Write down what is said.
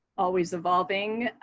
always evolving,